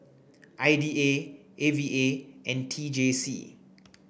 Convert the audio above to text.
I D A A V A and T J C